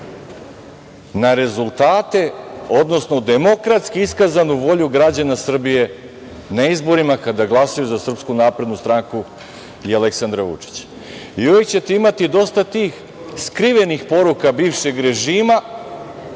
na rezultate, odnosno na demokratski iskazanu volju građana Srbije na izborima kada glasaju za Srpsku naprednu stranku i Aleksandra Vučića. Uvek ćete imati dosta tih skrivenih poruka bivšeg režima